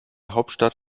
hauptstadt